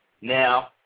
Now